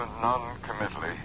non-committally